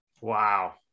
Wow